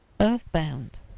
earthbound